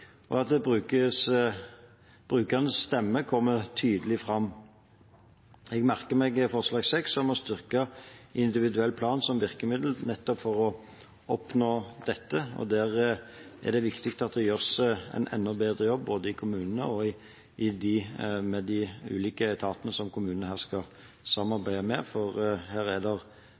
og at brukerens stemme kommer tydelig fram. Jeg merker meg forslag nr. 6, om å styrke individuell plan, som vil være et virkemiddel nettopp for å oppnå dette. Der er det viktig at det gjøres en enda bedre jobb både i kommunene og i de ulike etatene som kommunene her skal samarbeide med, for her er